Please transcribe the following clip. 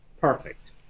Perfect